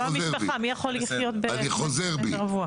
אני חוזר בי, אני חוזר בי.